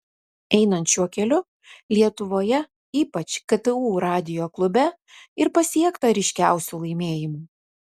einant šiuo keliu lietuvoje ypač ktu radijo klube ir pasiekta ryškiausių laimėjimų